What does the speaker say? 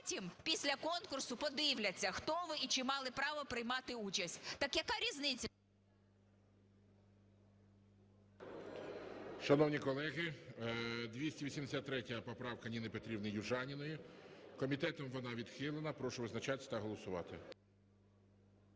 після конкурсу подивляться, хто ви і чи мали право приймати участь. Так яка різниця… ГОЛОВУЮЧИЙ. Шановні колеги, 283 поправка Ніни Петрівни Южаніної. Комітетом вона відхилена. Прошу визначатись та голосувати.